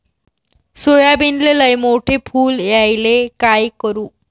सोयाबीनले लयमोठे फुल यायले काय करू?